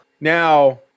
Now